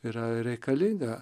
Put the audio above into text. yra reikalinga